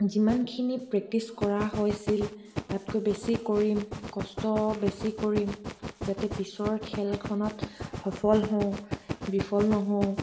যিমানখিনি প্ৰেক্টিছ কৰা হৈছিল তাতকৈ বেছি কৰিম কষ্ট বেছি কৰিম যাতে পিছৰ খেলখনত সফল হওঁ বিফল নহওঁ